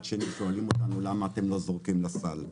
שני שואלים אותנו למה אנחנו לא זורקים לסל.